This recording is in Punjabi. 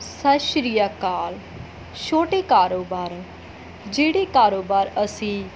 ਸਤਿ ਸ਼੍ਰੀ ਅਕਾਲ ਛੋਟੇ ਕਾਰੋਬਾਰ ਜਿਹੜੇ ਕਾਰੋਬਾਰ ਅਸੀਂ